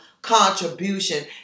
contribution